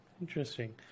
Interesting